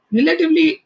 relatively